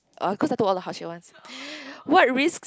oh cause I took all the harsher ones what risks